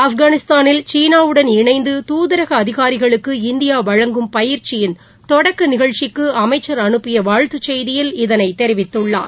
ஆப்கானிஸ்தானில் சீனாவுடன் இணைந்து துதரகஅதிகாரிகளுக்கு இந்தியாவழங்கும் பயிற்சியின் தொடக்கநிகழ்ச்சிக்குஅமைச்சர் அனுப்பியவாழ்த்துசெய்தியில் இதைதெரிவித்துள்ளார்